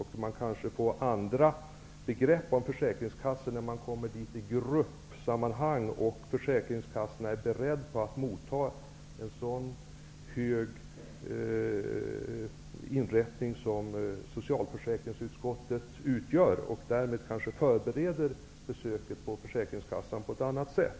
Man får kanske en annan uppfattning om försäkringskassan om man kommer dit i gruppsammanhang och försäkringskassan är beredd på att ta emot en sådan hög inrättning som socialförsäkringsutskottet. Därmed förbereder kanske försäkringskassan besöket på ett annat sätt.